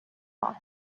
less